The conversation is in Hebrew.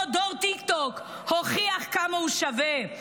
אותו דור טיקטוק הוכיח כמה הוא שווה.